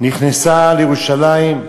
נכנסה לירושלים,